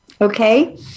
okay